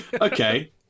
Okay